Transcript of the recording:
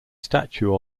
statue